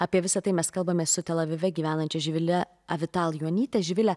apie visa tai mes kalbamės su telavive gyvenančia živile avital juonyte živile